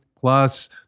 Plus